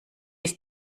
ist